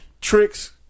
tricks